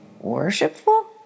worshipful